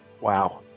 Wow